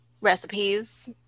recipes